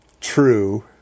true